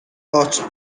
arched